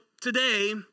today